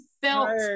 felt